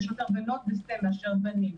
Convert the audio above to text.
יש יותר בנות בסט"מ מאשר בנים.